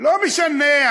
לא משנה.